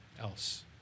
else